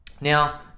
Now